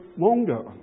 longer